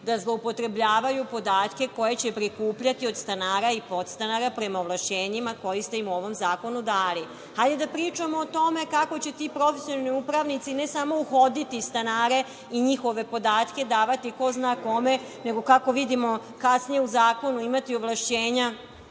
da zloupotrebljavaju podatke koje će prikupljati od stanara i podstanara prema ovlašćenjima koja ste im u ovom zakonu dali. Hajde da pričamo o tome kako će ti profesionalni upravnici ne samo uhoditi stanare i njihove podatke davati ko zna kome, nego, kako vidimo kasnije u zakonu, imati ovlašćenja